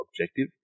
objective